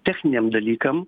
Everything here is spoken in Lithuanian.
techniniam dalykam